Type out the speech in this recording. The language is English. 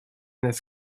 this